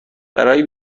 برای